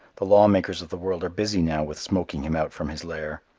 the law-makers of the world are busy now with smoking him out from his lair.